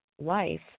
life